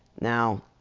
Now